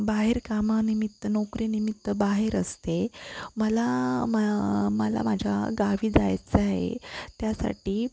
बाहेर कामानिमित्त नोकरीनिमित्त बाहेर असते मला मा मला माझ्या गावी जायचं आहे त्यासाठी